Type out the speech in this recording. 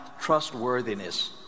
trustworthiness